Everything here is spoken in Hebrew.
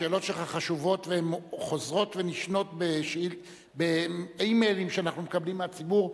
השאלות שלך חשובות והן חוזרות ונשנות באימיילים שאנחנו מקבלים מהציבור,